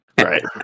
Right